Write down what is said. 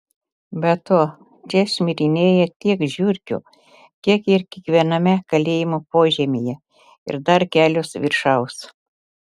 be to čia šmirinėjo tiek žiurkių kiek ir kiekviename kalėjimo požemyje ir dar kelios viršaus